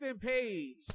Page